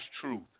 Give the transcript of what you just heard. truth